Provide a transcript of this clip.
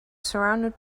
surrounded